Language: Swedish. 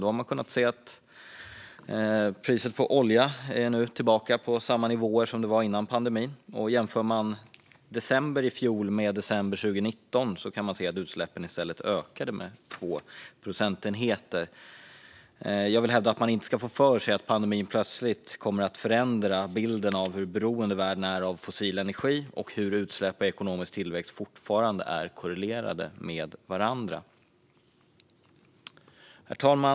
Då har man kunnat se att priset på olja nu är tillbaka på samma nivåer som före pandemin, och jämför man december i fjol med december 2019 kan man se att utsläppen i stället ökade med 2 procentenheter. Jag vill hävda att man inte ska få för sig att pandemin plötsligt kommer att förändra bilden av hur beroende världen är av fossil energi och hur utsläpp och ekonomisk tillväxt fortfarande är korrelerade med varandra. Herr talman!